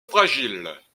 fragiles